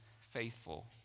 faithful